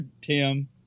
Tim